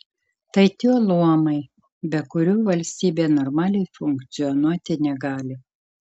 tai tie luomai be kurių valstybė normaliai funkcionuoti negali